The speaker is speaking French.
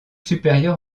supérieure